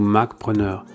Macpreneur